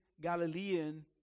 Galilean